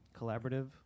collaborative